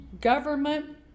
government